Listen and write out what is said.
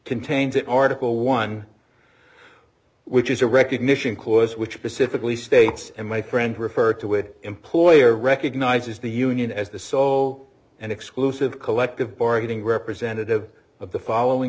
contained in article one which is a recognition cause which pacifically states and my friend refer to with employer recognizes the union as the sole and exclusive collective bargaining representative of the following